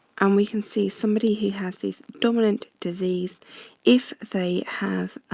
and we can see somebody he has these dominant disease if they have